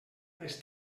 les